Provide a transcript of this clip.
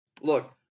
Look